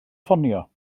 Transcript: ffonio